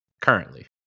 currently